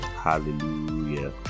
Hallelujah